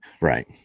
right